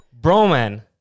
Broman